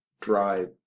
drive